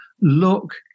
look